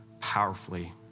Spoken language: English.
powerfully